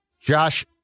Josh